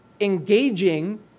engaging